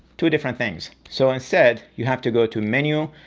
two different things, so instead you have to go to menu,